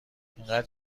اینقدر